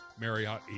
Marriott